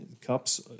cups